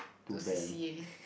to C_C_A